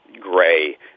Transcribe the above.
gray